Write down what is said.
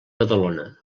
badalona